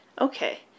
Okay